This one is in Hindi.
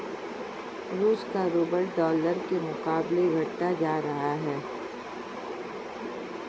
रूस का रूबल डॉलर के मुकाबले घटता जा रहा है